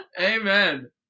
amen